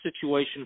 situation